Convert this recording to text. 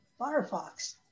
Firefox